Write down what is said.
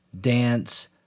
dance